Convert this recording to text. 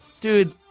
Dude